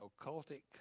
occultic